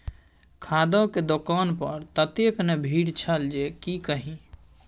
खादक दोकान पर ततेक ने भीड़ छल जे की कही